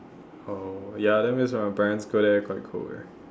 oh ya that means when my parents go there quite cold eh